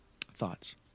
Thoughts